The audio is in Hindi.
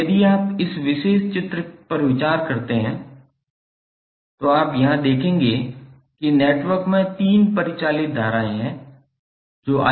अब यदि आप इस विशेष आंकड़े पर विचार करते हैं तो वहां आप देखेंगे कि नेटवर्क में 3 परिचालित धाराएं हैं जो I1 I2 और I3 हैं